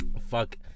fuck